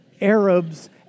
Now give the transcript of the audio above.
Arabs